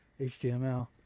HTML